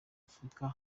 afurika